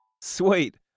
Sweet